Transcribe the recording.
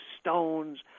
Stones